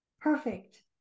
Perfect